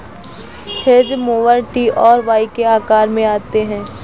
hedge mower T और Y के आकार में आते हैं